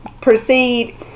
proceed